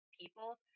people